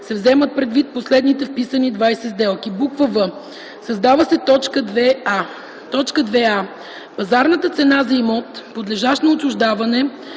се вземат предвид последните вписани 20 сделки.”; в) създава се т. 2а: „2а. Пазарната цена за имот, подлежащ на отчуждаване,